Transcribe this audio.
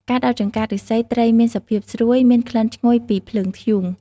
ការដោតចង្កាក់ឫស្សីត្រីមានសភាពស្រួយ មានក្លិនឈ្ងុយពីភ្លើងធ្យូង។